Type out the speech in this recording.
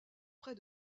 près